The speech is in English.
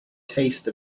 taste